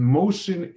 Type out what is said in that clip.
motion